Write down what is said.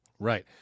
Right